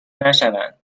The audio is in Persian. نشوند